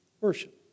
worship